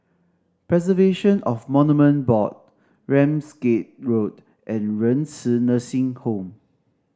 Preservation of Monument Board Ramsgate Road and Renci Nursing Home